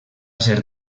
ser